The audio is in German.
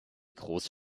groß